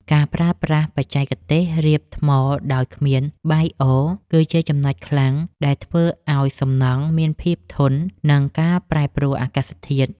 ការប្រើប្រាស់បច្ចេកទេសរៀបថ្មដោយគ្មានបាយអគឺជាចំណុចខ្លាំងដែលធ្វើឱ្យសំណង់មានភាពធន់នឹងការប្រែប្រួលអាកាសធាតុ។